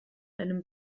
einen